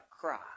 cry